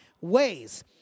ways